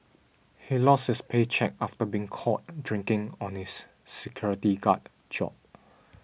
he lost his paycheck after being caught drinking on his security guard job